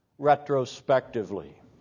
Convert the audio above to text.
retrospectively